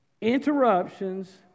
interruptions